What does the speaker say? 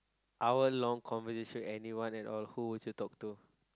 hour long conversation with anyone and all who would you talk to